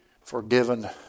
forgiven